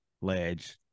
ledge